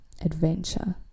adventure